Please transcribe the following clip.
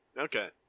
Okay